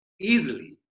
easily